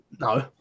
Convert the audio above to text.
No